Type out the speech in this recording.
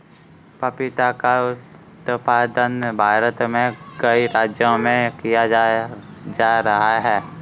पपीता का उत्पादन भारत में कई राज्यों में किया जा रहा है